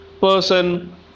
person